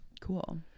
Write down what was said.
Cool